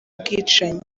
bwicanyi